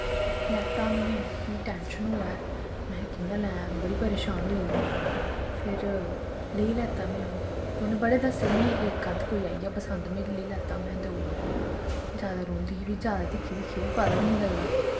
लैत्ता में मिगी टैंशन होऐ महैं कियां लैं बड़ी परेशान होई में फिर लेई लैत्तै में व उन्नै बड़े दस्से मीं इक अध्द कोईआईया पसंद मेंलेई लैत्ता महैं देऊड़ो जादै रोंदी ही फ्ही जादै दिक्खी दिक्खी बी पता बी नी लगदा